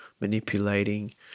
manipulating